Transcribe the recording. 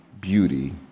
beauty